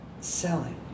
selling